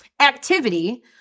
activity